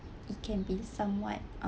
it can be somewhat